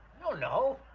don't know,